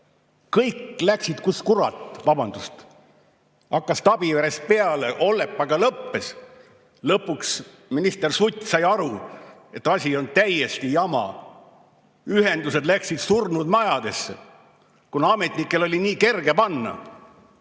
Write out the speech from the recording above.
Kõik läksid kus kurat! Vabandust! Hakkas Tabiverest peale, Ollepaga lõppes. Lõpuks minister Sutt sai aru, et asi on täiesti jama. Ühendused läksid surnud majadesse, kuna ametnikel oli nii kergem ja